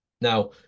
Now